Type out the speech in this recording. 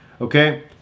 okay